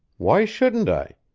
why shouldn't i?